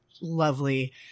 lovely